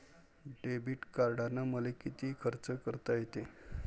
Debit कार्डानं मले किती खर्च करता येते?